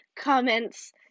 comments